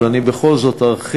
אבל אני בכל זאת ארחיב,